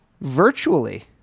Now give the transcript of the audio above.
virtually